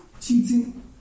cheating